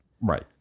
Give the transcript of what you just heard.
Right